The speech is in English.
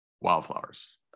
Wildflowers